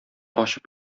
ачып